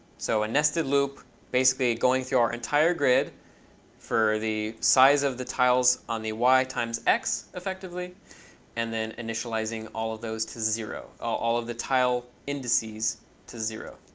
so a nested loop basically going through our entire grid for the size of the tiles on the y times x effectively and then initializing all of those to zero, all of the tile indices to zero.